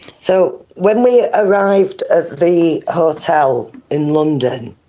so when we arrived at the hotel in london,